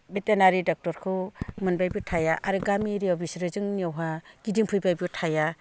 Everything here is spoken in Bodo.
भेटेनारि डक्ट'रखौ मोनबायबो थाया आरो गामि एरियायाव बिसोरो जोंनियावहा गिदिंफैबायबो थाया